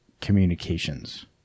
communications